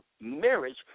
marriage